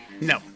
No